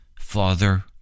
father